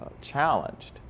challenged